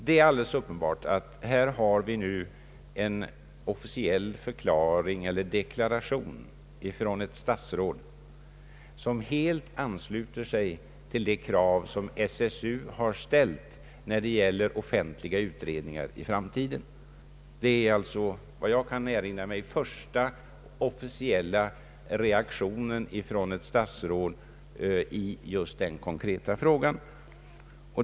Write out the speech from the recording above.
Det är alldeles uppenbart att vi nu har fått en officiell deklaration från ett statsråd, som helt ansluter sig till de krav som SSU ställt när det gäller offentliga utredningar i framtiden. Det är, såvitt jag kan erinra mig, den första officiella reaktionen från ett statsråd i just den konkreta frågan.